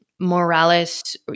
Morales